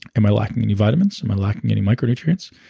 am i lacking any vitamins? am i lacking any micronutrients?